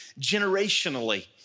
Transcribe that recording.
generationally